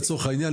לצורך העניין,